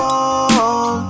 on